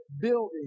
building